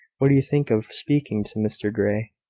what do you think of speaking to mr grey?